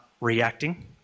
reacting